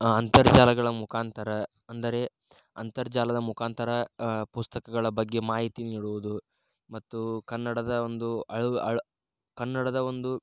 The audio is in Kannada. ಅಂತರ್ಜಾಲಗಳ ಮುಖಾಂತರ ಅಂದರೆ ಅಂತರ್ಜಾಲದ ಮುಖಾಂತರ ಪುಸ್ತಕಗಳ ಬಗ್ಗೆ ಮಾಹಿತಿ ನೀಡುವುದು ಮತ್ತು ಕನ್ನಡದ ಒಂದು ಕನ್ನಡದ ಒಂದು